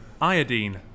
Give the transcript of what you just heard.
Iodine